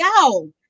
go